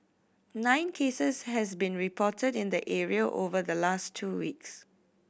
nine cases has been reported in the area over the last two weeks